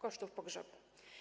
kosztów pogrzebu.